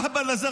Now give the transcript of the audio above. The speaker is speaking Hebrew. האהבל הזה,